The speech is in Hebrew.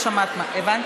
הרווחה והבריאות נתקבלה.